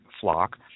flock